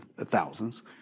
thousands